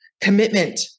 commitment